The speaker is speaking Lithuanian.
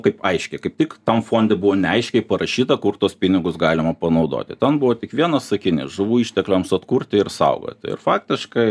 kaip aiškiai kaip tik tam fonde buvo neaiškiai parašyta kur tuos pinigus galima panaudoti ten buvo tik vienas sakinys žuvų ištekliams atkurti ir saugoti ir faktiškai